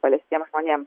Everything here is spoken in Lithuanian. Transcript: paliestiem žmonėm